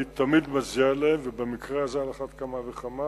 אני תמיד מצדיע להם, ובמקרה הזה על אחת כמה וכמה.